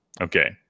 Okay